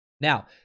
Now